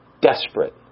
Desperate